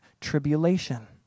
tribulation